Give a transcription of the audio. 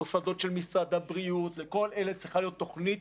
מוסדות של משרד הבריאות לכל אלה צריכה להיות תוכנית